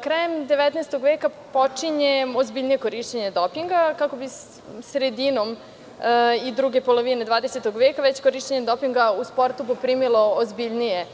Krajem 19. veka počinje ozbiljnije korišćenje dopinga, kako bi sredinom i u drugoj polovini 20. veka već korišćenje dopinga u sportu primilo ozbiljnije